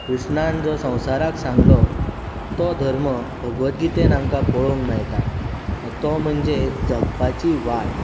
कृष्णान जो संवसाराक सांगलो तो धर्म भगवत गितेन आमकां पळोवंक मेळटा आनी तो म्हणजे जगपाची वाट